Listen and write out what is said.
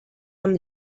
amb